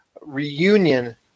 reunion